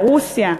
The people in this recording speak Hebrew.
לרוסיה.